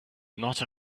not